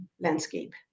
landscape